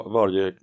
varje